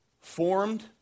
Formed